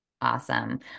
Awesome